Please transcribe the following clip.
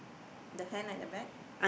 the hand at the back